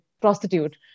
prostitute